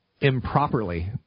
improperly